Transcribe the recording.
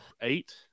Eight